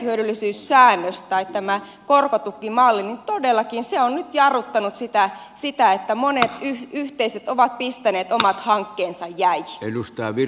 tämä yleishyödyllisyyssäännös tai tämä korkotukimalli todellakin on nyt jarruttanut sitä niin että monet yhteisöt ovat pistäneet omat hankkeensa jäihin